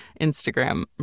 Instagram